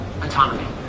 autonomy